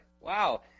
Wow